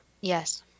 Yes